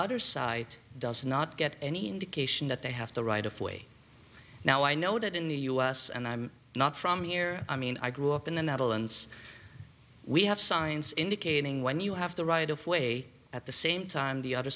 other side does not get any indication that they have the right of way now i know that in the us and i'm not from here i mean i grew up in the netherlands we have signs indicating when you have the right of way at the same time the other